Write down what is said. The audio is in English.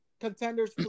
contenders